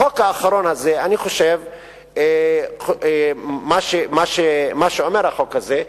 החוק האחרון הזה, מה שאומר החוק הזה,